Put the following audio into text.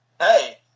Hey